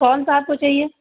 کون سا آپ کو چاہیے